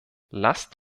lasst